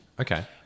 Okay